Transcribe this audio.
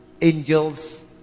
angels